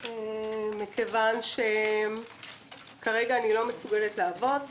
כרגע אני לא מסוגלת לעבוד.